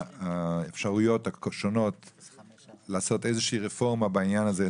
האפשרויות השונות לעשות איזושהי רפורמה בעניין הזה,